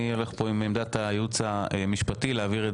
אני הולך פה עם עמדת הייעוץ המשפטי להעביר את